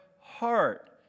heart